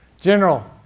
General